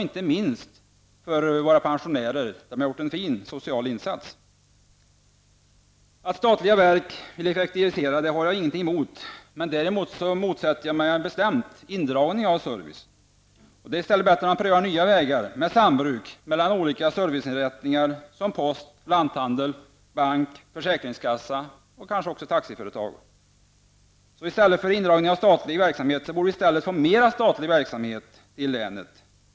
Inte minst för pensionärerna har posten gjort en viktig social insats. Att statliga verk vill effektivisera har jag ingenting emot. Däremot motsätter jag mig bestämt indragning av service. Det är bättre att man i stället prövar nya vägar med sambruk mellan olika serviceinrättningar som post, lanthandel, bank och försäkringskassa, kanske också taxiföretag. I stället för indragning av statlig verksamhet borde vi få mera statlig verksamhet till länet.